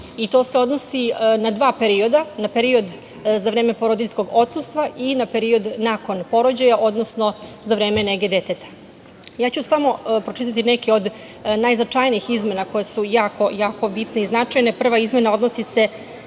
To se odnosi na dva perioda, na period za vreme porodiljskog odsustva i na period nakon porođaja, odnosno za vreme nege deteta. Samo ću pročitati neke od najznačajnijih izmena koje su jako bitne i značajne. Prva izmena se odnosi na